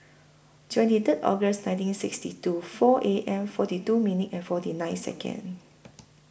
twenty Third August nineteen sixty two four A M forty two minute and forty nine Second